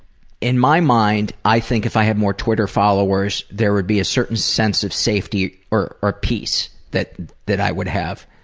in my mind, i think that if i have more twitter followers, there would be a certain sense of safety or or peace that that i would have.